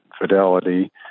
Fidelity